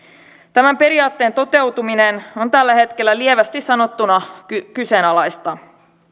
tämän periaatteen toteutuminen on tällä hetkellä lievästi sanottuna kyseenalaista